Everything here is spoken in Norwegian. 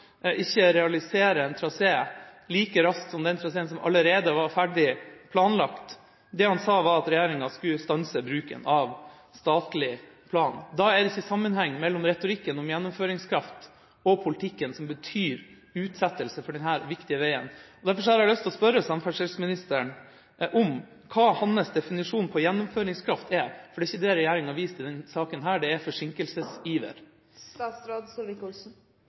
ikke realisere en trasé like raskt som den traseen som allerede var ferdig planlagt. Det han sa, var at regjeringa skulle stanse bruken av statlig plan. Da er det ikke sammenheng mellom retorikken om gjennomføringskraft og politikken som betyr utsettelse for denne viktige veien. Derfor har jeg lyst til å spørre samferdselsministeren om hva hans definisjon på gjennomføringskraft er, for det er ikke det regjeringa har vist i denne saken, det er forsinkelsesiver. Jeg bare gjentar dette, for det er